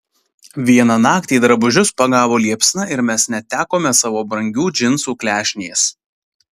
vieną naktį drabužius pagavo liepsna ir mes netekome savo brangių džinsų klešnės